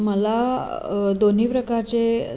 मला दोन्ही प्रकारचे